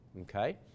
okay